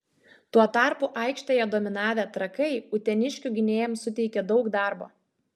tuo tarpu aikštėje dominavę trakai uteniškių gynėjams suteikė daug darbo